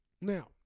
Now